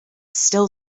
still